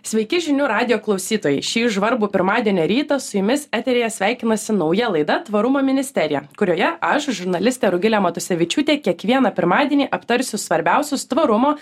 sveiki žinių radijo klausytojai šį žvarbų pirmadienio rytą su jumis eteryje sveikinasi nauja laida tvarumo ministerija kurioje aš žurnalistė rugilė matusevičiūtė kiekvieną pirmadienį aptarsiu svarbiausius tvarumo